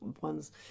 ones